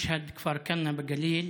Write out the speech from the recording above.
משהד וכפר כנא בגליל